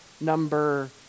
number